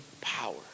power